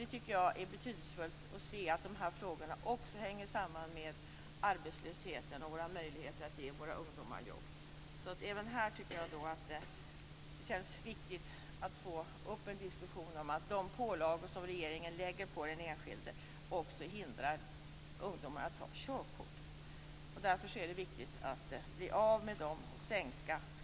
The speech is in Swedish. Jag tycker att det är betydelsefullt att man ser att dessa frågor också hänger samman med arbetslösheten och våra möjligheter att ge våra ungdomar jobb. Även här tycker jag att det är viktigt att diskutera att de pålagor som regeringen lägger på den enskilde också hindrar ungdomar att ta körkort. Därför är det viktigt att bli av med pålagorna och sänka skatterna.